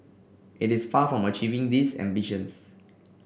it is far from achieving these ambitions